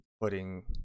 putting